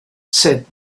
said